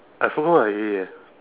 I forgot what already eh